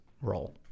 role